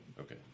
Okay